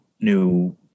new